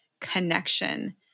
connection